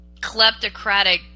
kleptocratic